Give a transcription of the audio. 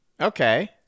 okay